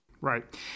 Right